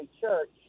church